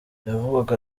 yavugaga